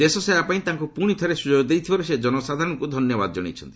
ଦେଶସେବା ପାଇଁ ତାଙ୍କ ପୁଣିଥରେ ସୁଯୋଗ ଦେଇଥିବାରୁ ସେ ଜନସାଧାରଣଙ୍କୁ ଧନ୍ୟବାଦ ଜଣାଇଛନ୍ତି